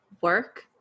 work